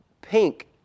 Pink